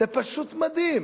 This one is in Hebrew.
זה פשוט מדהים.